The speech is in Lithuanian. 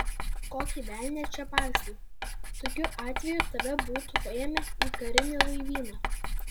kokį velnią čia paistai tokiu atveju tave būtų paėmę į karinį laivyną